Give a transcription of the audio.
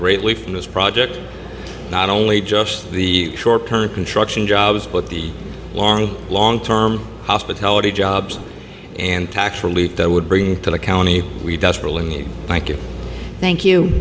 greatly from this project not only just the short term construction jobs but the long long term hospitality jobs and tax relief that would bring to the county we desperately need thank you